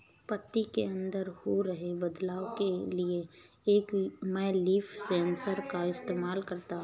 पत्ती के अंदर हो रहे बदलाव के लिए मैं लीफ सेंसर का इस्तेमाल करता हूँ